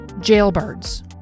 Jailbirds